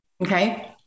Okay